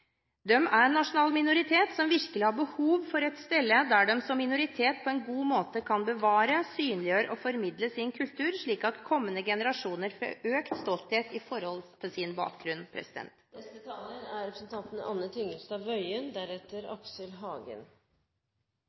er en nasjonal minoritet som virkelig har behov for et sted der de som minoritet på en god måte kan bevare, synliggjøre og formidle sin kultur, slik at kommende generasjoner får økt stolthet med tanke på sin bakgrunn. Så langt ute i debatten er